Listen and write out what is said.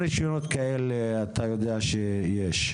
כמה רישיונות כאלה אתה יודע שיש?